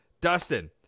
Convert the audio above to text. Dustin